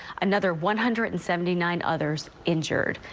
another one hundred and seventy nine others injured.